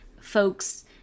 folks